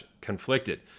conflicted